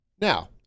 now